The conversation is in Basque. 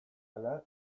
ala